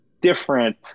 different